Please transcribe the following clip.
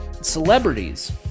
celebrities